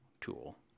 tool